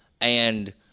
And-